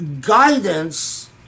guidance